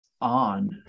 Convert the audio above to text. on